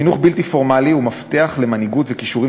חינוך בלתי פורמלי הוא מפתח למנהיגות וכישורים